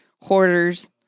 hoarders